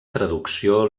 traducció